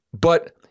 But-